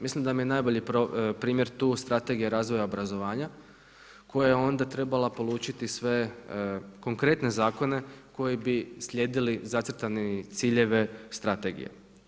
Mislim da nam je najbolji primjer tu Strategija razvoja obrazovanja koja je onda trebala polučiti sve konkretne zakone koji bi slijedili zacrtane ciljeve strategije.